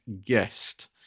guest